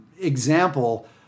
example